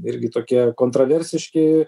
irgi tokie kontroversiški